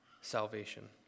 salvation